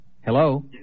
Hello